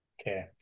Okay